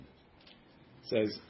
says